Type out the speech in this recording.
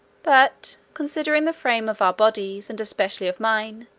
but, considering the frame of our bodies, and especially of mine,